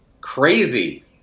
crazy